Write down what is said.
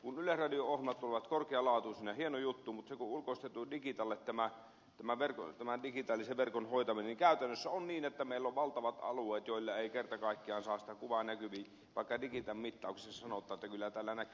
kun yleisradio ohjelmat tulevat korkealaatuisina se on hieno juttu mutta se kun on ulkoistettu digitalle tämän digitaalisen verkon hoitaminen niin käytännössä on niin että meillä on valtavat alueet joilla ei kerta kaikkiaan saa sitä kuvaa näkyviin vaikka digitan mittauksissa sanotaan että siellä täällä näkyy